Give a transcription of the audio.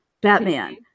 Batman